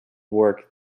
work